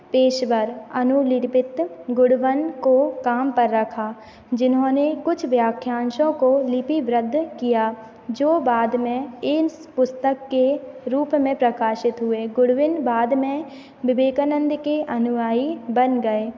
पेशेवर अनुलिपित गुड़वन को काम पर रखा जिन्होंने कुछ व्याख्याँशों को लिपि बद्ध किया जो बाद में पुस्तक के रूप में प्रकाशित हुए गुडविन बाद में विवेकानंद के अनुयायी बन गए